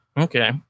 Okay